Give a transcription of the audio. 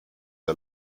der